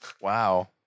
Wow